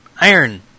Iron